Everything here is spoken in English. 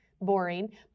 boring